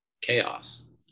chaos